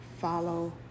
follow